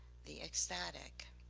the ecstatic.